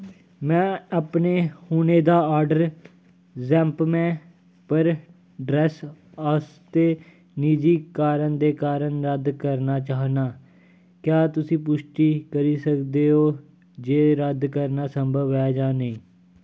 में अपना हुनै दा आर्डर यैंपमे पर ड्रैस्स आस्तै निजी कारण दे कारण रद्द करना चाह्न्नां क्या तुसी पुश्टी करी सकदे ओ जे रद्द करना संभव ऐ जां नेईं